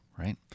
Right